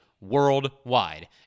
worldwide